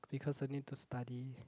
because I need to study